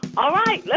all right,